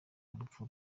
rupfu